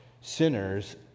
sinners